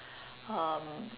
um